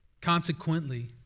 Consequently